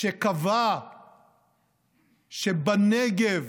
שקבע שבנגב